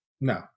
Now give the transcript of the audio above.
No